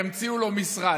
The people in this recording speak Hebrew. ימציאו לו משרד,